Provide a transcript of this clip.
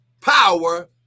power